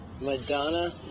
Madonna